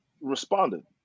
responded